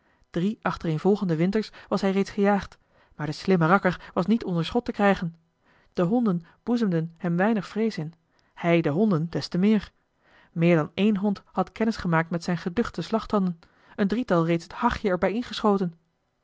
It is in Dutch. drie achtereenvolgende winters was hij reeds gejaagd maar de slimme rakker was niet onder schot te krijgen de honden boezemden hem weinig vrees in hij den honden des te meer meer dan éen hond had kennis gemaakt met zijne geduchte slagtanden een drietal reeds het hachje er bij ingeschoten